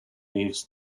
leaves